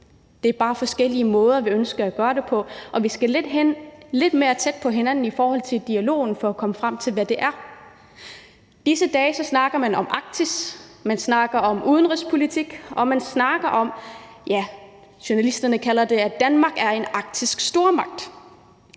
det er bare forskellige måder, vi ønsker at gøre det på. Vi skal lidt tættere på hinanden i forhold til dialogen for at komme frem til, hvad det er. I disse dage snakker man om Arktis, man snakker om udenrigspolitik, og man snakker om, ja, journalisterne kalder det, at Danmark er en arktisk stormagt.